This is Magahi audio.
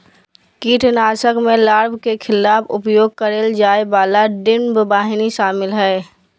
कीटनाशक में लार्वा के खिलाफ उपयोग करेय जाय वाला डिंबवाहिनी शामिल हइ